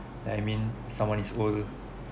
like I mean someone is old